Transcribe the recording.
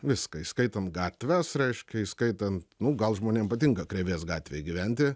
viską įskaitant gatves raiška įskaitant nu gal žmonėm patinka krėvės gatvėj gyventi